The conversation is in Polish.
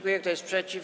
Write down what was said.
Kto jest przeciw?